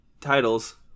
titles